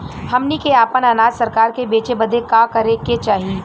हमनी के आपन अनाज सरकार के बेचे बदे का करे के चाही?